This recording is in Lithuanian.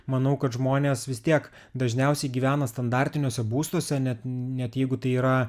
manau kad žmonės vis tiek dažniausiai gyvena standartiniuose būstuose net net jeigu tai yra